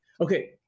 Okay